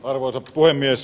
arvoisa puhemies